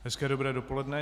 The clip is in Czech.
Hezké dobré dopoledne.